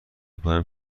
پایم